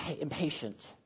impatient